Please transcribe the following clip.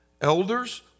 Elders